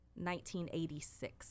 1986